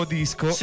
disco